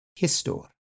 histor